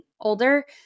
older